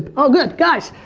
oh good, guys,